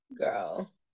girl